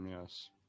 Yes